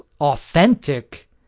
authentic